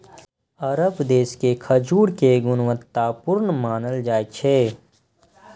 अरब देश के खजूर कें गुणवत्ता पूर्ण मानल जाइ छै